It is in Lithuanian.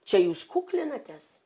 čia jūs kuklinatės